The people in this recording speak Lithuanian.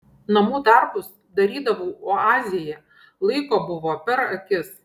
namų darbus darydavau oazėje laiko buvo per akis